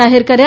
જાહેર કર્યા